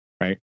right